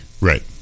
Right